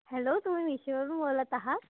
hello तुम्ही मिशोवरून बोलत आहात